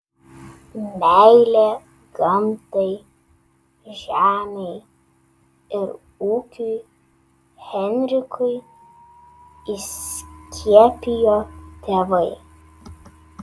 meilę gamtai žemei ir ūkiui henrikui įskiepijo tėvai